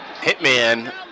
Hitman